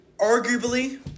Arguably